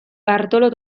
bartolo